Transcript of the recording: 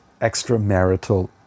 extramarital